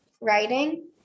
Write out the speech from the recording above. writing